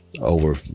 over